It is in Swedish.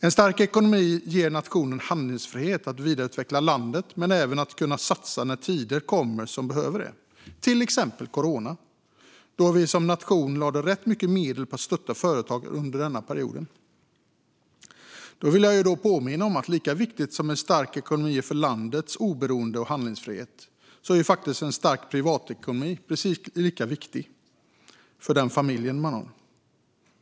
En stark ekonomi ger nationen handlingsfrihet att vidareutveckla landet men även att kunna satsa när tider kommer som behöver det, till exempel under coronaperioden då vi som nation lade rätt mycket medel på att stötta företag. Jag vill påminna om att lika viktigt som det är med en stark ekonomi för landets oberoende och handlingsfrihet är det med en stark privatekonomi för familjen.